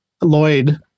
Lloyd